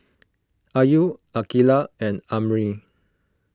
Ayu Aqilah and Amrin